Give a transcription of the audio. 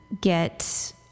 get